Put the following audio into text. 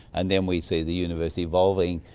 and then we see the universe evolving,